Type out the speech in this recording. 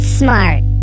smart